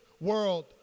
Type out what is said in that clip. world